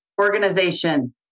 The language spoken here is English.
organization